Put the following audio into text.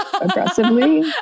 aggressively